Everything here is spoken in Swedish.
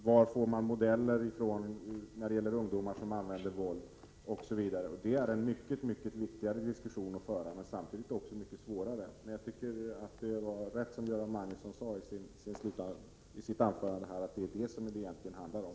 Vidare måste man fråga sig varifrån våldsbenägna ungdomar får sina modeller. En diskussion om dessa saker är mycket viktigare att föra än någon annan diskussion, men samtidigt är den också mycket svårare. Jag tycker att Göran Magnusson hade rätt när han sade att det är detta som det egentligen handlar om.